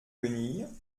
guenilles